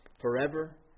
forever